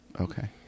Okay